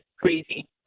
crazy